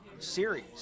Series